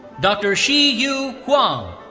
dr. shih-yu huang.